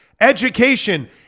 education